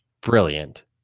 brilliant